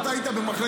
אתה היית חוקר,